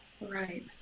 Right